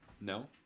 No